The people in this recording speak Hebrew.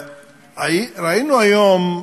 ראינו היום,